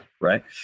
right